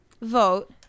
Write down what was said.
vote